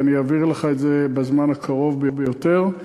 ואני אעביר לך את זה בזמן הקרוב ביותר,